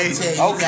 Okay